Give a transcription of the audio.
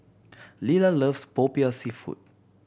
Lelah loves Popiah Seafood